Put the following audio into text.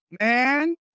man